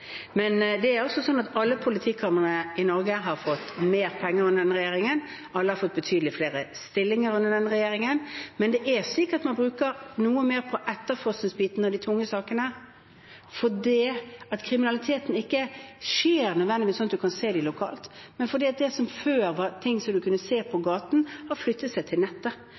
Alle politikamrene i Norge har fått mer penger under denne regjeringen, alle har fått betydelig flere stillinger under denne regjeringen. Men man bruker noe mer på etterforskningsdelen av de tunge sakene, for kriminaliteten skjer ikke nødvendigvis slik at man kan se den lokalt – det som en før kunne se på gaten, har flyttet seg til nettet.